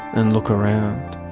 and look around.